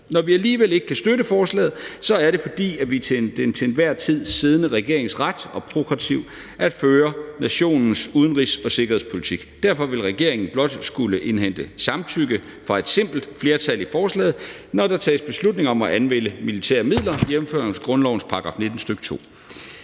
Når vi alligevel ikke kan støtte forslaget, er det, fordi det er den til enhver tid siddende regerings ret og prærogativ at føre nationens udenrigs- og sikkerhedspolitik. Derfor vil regeringen blot skulle indhente samtykke fra et simpelt flertal i Folketinget, når der tages beslutning om at anvende militære midler, jævnfør grundlovens § 19, stk. 2.